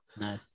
No